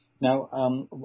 Now